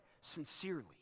sincerely